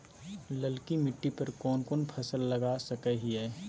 ललकी मिट्टी पर कोन कोन फसल लगा सकय हियय?